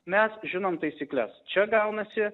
mes žinom taisykles čia gaunasi